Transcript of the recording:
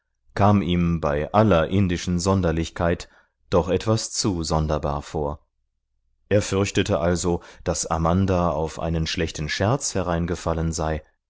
kam ihm bei aller indischen sonderlichkeit doch etwas zu sonderbar vor er fürchtete also daß amanda auf einen schlechten scherz hereingefallen sei